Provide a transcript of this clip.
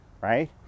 right